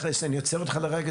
אני עוצר אותך לרגע.